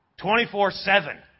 24-7